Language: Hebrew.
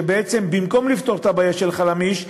שבעצם במקום לפתור את הבעיה של "חלמיש",